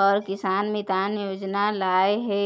बर किसान मितान योजना लाए हे